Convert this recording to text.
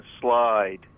slide